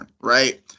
right